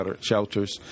shelters